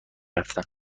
رفتم